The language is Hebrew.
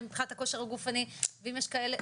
מבחינת הכושר הגופני ואם יש כאלה,